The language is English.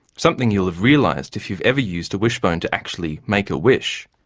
something you will have realised if you've ever used a wishbone to actually make a wish.